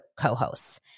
co-hosts